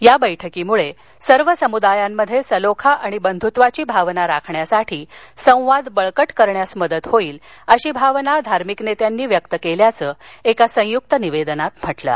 या बैठकीमुळं सर्व समुदायांमध्ये सलोखा आणि बंधूत्वाची भावना राखण्यासाठी संवाद बळकट करण्यात मदत होईल अशी भावना धार्मिक नेत्यांनी व्यक्त केल्याचं एका संयूक्त निवेदनात म्हटलं आहे